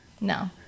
No